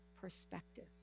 perspective